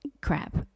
crap